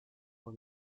for